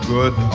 Good